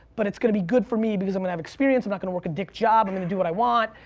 but it's gonna be good for me because i'm gonna have experience. i'm not gonna work a dick job. i'm gonna do what i want,